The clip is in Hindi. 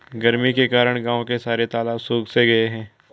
गर्मी के कारण गांव के सारे तालाब सुख से गए हैं